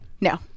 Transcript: No